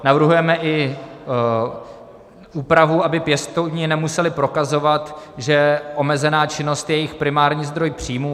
Navrhujeme i úpravu, aby pěstouni nemuseli prokazovat, že omezená činnost je jejich primární zdrojů příjmů.